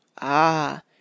Ah